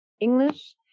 English